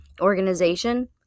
organization